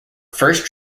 first